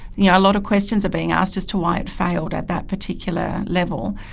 yeah a lot of questions are being asked as to why it failed at that particular level.